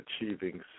achieving